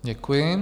Děkuji.